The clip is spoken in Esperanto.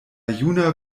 juna